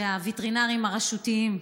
שהווטרינרים הרשותיים,